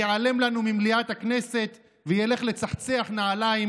הוא ייעלם לנו ממליאת הכנסת וילך לצחצח נעליים